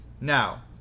Now